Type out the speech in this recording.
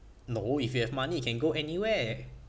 no if you have money you can go anywhere